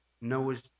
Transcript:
Noah's